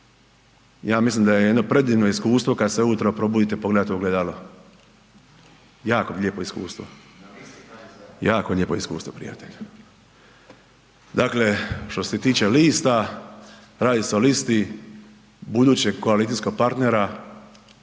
Ja mislim da je jedno predivno iskustvo kad se ujutro probudite i pogledate u ogledalo, jako lijepo iskustvo, jako lijepo iskustvo prijatelju. Dakle, što se tiče lista, radi se o listi budućeg koalicijskog partnera